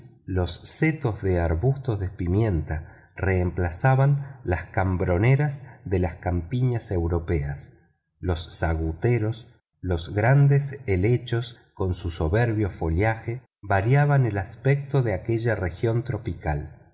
los setos de arbustos de pimienta reemplazaban las cambroneras de las campiñas europeas los saguteros los grandes helechos con su soberbio follaje variaban el aspecto de aquella región tropical